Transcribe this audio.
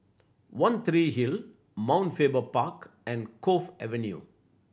One Tree Hill Mount Faber Park and Cove Avenue